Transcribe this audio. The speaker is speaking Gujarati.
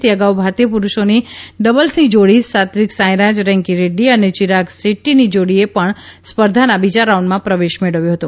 તે અગાઉ ભારતીય પુરૂષોની ડબલ્સની જોડી સાત્વિક સાંઇરાજ રેન્કી રેડ્ડી અને ચિરાગ શેદ્દીની જોડીએ પણ સ્પર્ધાના બીજા રાઉન્ડમાં પ્રવેશ મેળવ્યો હતો